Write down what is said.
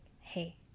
hey